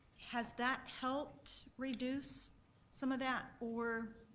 has that helped reduce some of that? or,